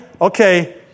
Okay